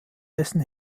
dessen